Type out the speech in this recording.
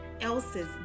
else's